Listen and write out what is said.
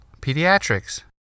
Pediatrics